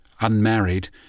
unmarried